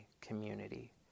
community